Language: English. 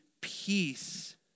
peace